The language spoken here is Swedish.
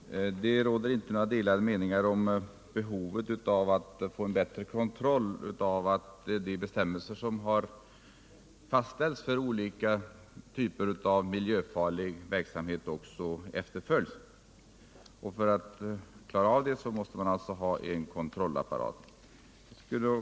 Herr talman! Det råder inte några delade meningar om behovet av en bättre kontroll av att de bestämmelser som fastställts för olika typer av miljöfarlig verksamhet också efterföljs. För att klara den uppgiften måste man ha en kontrollapparat.